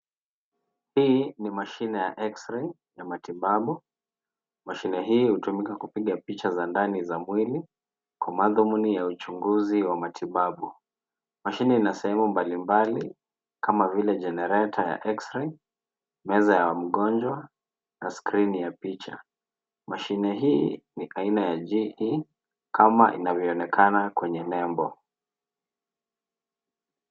Hii ni mashine ya X-Ray ya matibabu. Mashine hii hutumika kupiga picha za ndani za mwili kwa madhumuni ya uchunguzi wa matibabu. Mashine ina sehemu mbali mbali kama vile: generator ya X-Ray , meza ya mgonjwa na skrini ya picha. Mashine hii ni aina ya G3 kama inavyoonekana kwenye nembo.